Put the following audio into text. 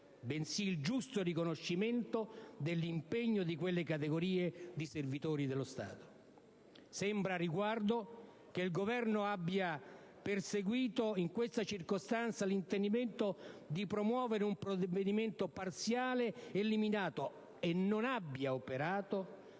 bensì il giusto riconoscimento dell'impegno di quelle categorie di servitori dello Stato. Sembra al riguardo che il Governo abbia perseguito in questa circostanza l'intendimento di promuovere un provvedimento parziale e limitato e non abbia operato